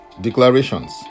declarations